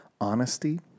honesty